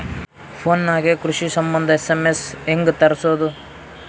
Phone ನಾಗೆ ಕೃಷಿ ಸಂಬಂಧ ಎಸ್.ಎಮ್.ಎಸ್ ಹೆಂಗ ತರಸೊದ?